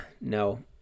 no